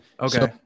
Okay